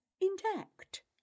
intact